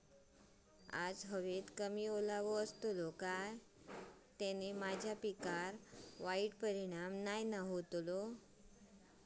आज हवेत कमी ओलावो असतलो काय त्याना माझ्या पिकावर वाईट परिणाम नाय ना व्हतलो?